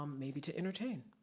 um maybe to entertain.